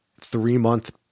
three-month